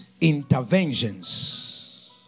interventions